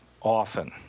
Often